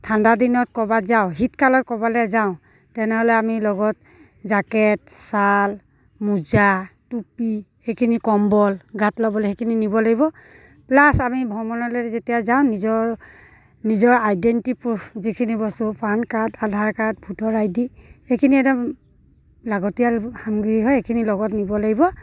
ঠাণ্ডাদিনত ক'ৰবাত যাওঁ শীতকালত ক'ৰবালৈ যাওঁ তেনেহ'লে আমি লগত জাকেট ছাল মোজা টুপি সেইখিনি কম্বল গাত ল'বলৈ সেইখিনি নিব লাগিব প্লাছ আমি ভ্ৰমণলৈ যেতিয়া যাওঁ নিজৰ নিজৰ আইডেণ্টিটি প্ৰুফ যিখিনি বস্তু PAN card Aadhaar card voter I D এইখিনি একদম লাগতিয়াল সামগ্ৰী হয় এইখিনি লগত নিব লাগিব